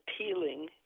appealing